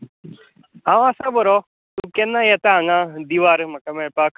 हांव आसा बरो तूं केन्ना येता हांगा दिवार म्हाका मेळपाक